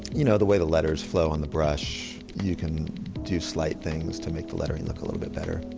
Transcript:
you know, the way the letters flow on the brush, you can do slight things to make the lettering look a little bit better.